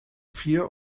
fear